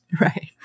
Right